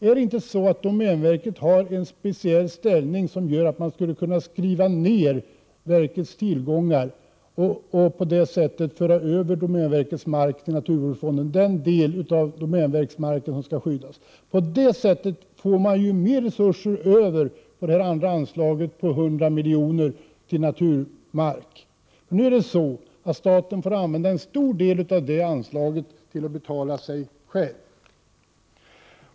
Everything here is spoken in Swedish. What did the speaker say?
Är det inte så att domänverket har en speciell ställning som gör att man skulle kunna skriva ned verkets tillgångar och på det sättet till naturvårdsfonden föra över den del av domänverkets mark som skall skyddas? På det sättet får man ju mera resurser över till anslaget på 100 milj.kr. till naturmark. Nu får staten använda en stor del av det anslaget för att betala till sig själv.